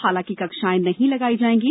हालांकि कक्षाएं नहीं लगाई जाएंगी